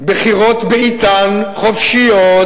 בחירות בעתן, חופשיות,